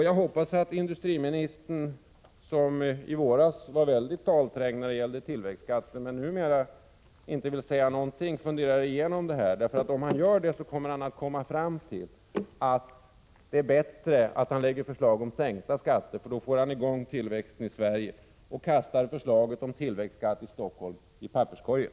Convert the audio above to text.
Jag hoppas att industriministern, som i våras var mycket talträngd när det gällde tillväxtskatten men numera inte vill säga någonting, funderar på detta. Om han gör det kommer han fram till att det är bättre att lägga fram förslag om sänkta skatter — då får han i gång tillväxten i Sverige — och att kasta förslaget om tillväxtskatt i Stockholm i papperskorgen.